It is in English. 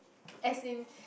as in